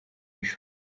ishuri